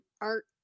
art